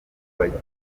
bagizi